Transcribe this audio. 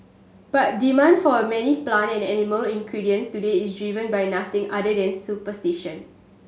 but demand for many plant and animal ingredients today is by nothing other than superstition